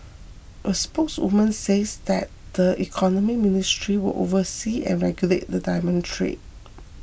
a spokeswoman says that the Economy Ministry will oversee and regulate the diamond trade